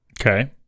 Okay